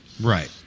Right